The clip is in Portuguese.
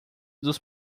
dos